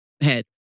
head